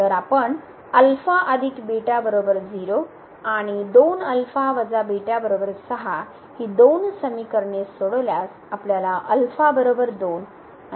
तर आपण आणि ही दोन समीकरणे सोडवल्यास आपल्याला 2 आणि मिळेल